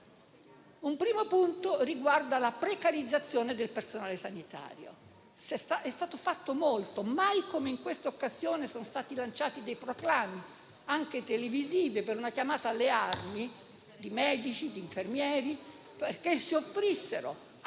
Un primo punto riguarda la precarizzazione del personale sanitario. È stato fatto molto e mai come in questa occasione sono stati lanciati dei proclami, anche televisivi, per una chiamata alle armi di medici e di infermieri, perché si offrissero a